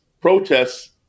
protests